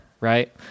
right